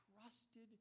trusted